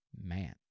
Man